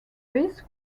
this